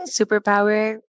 superpower